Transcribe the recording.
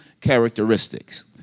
characteristics